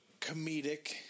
comedic